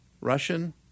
Russian